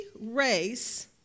race